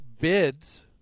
bids